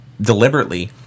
deliberately